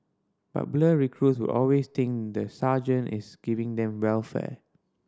but blur recruits will always think the sergeant is giving them welfare